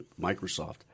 Microsoft